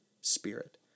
spirit